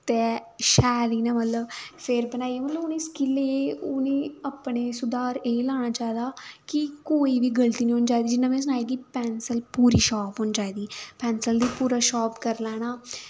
तै शैल इयां मतलब फिर बनाई मतलब हु'न स्किल एह् उ'ने अपने सुधर एह् लाना चाहिदा कि कोई बी गल्ती निं होनी चाहिदी जि'यां मैं सनाया कि पैन्सल पूरी शार्प होनी चाहिदी पैन्सल गी पूरा शार्प करी लैना